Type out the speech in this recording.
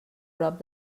prop